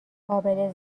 قابل